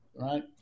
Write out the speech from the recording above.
right